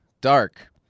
dark